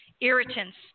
irritants